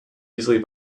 easily